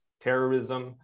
terrorism